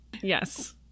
Yes